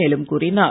மேலும் கூறினார்